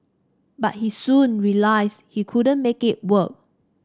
but he soon realised he couldn't make it work